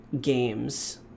games